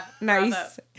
Nice